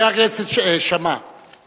חבר הכנסת שאמה,